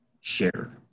share